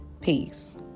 Peace